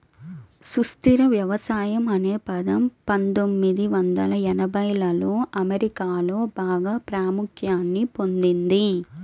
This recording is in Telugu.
సుస్థిర వ్యవసాయం అనే పదం పందొమ్మిది వందల ఎనభైలలో అమెరికాలో బాగా ప్రాముఖ్యాన్ని పొందింది